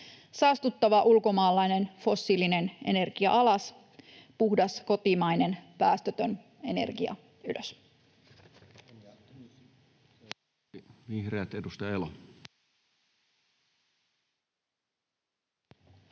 Saastuttava ulkomaalainen fossiilinen energia alas. Puhdas kotimainen päästötön energia ylös.